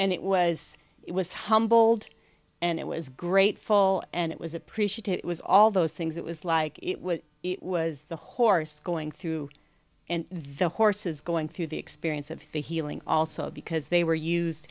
and it was it was humbled and it was grateful and it was appreciated it was all those things it was like it was the horse going through and the horses going through the experience of the healing also because they were